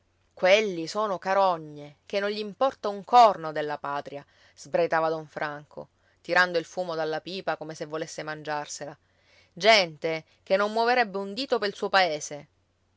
quelli sono carogne che non gli importa un corno della patria sbraitava don franco tirando il fumo dalla pipa come se volesse mangiarsela gente che non muoverebbe un dito pel suo paese